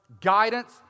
guidance